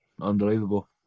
unbelievable